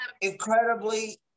incredibly